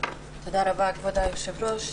תודה רבה, כבוד היושב-ראש.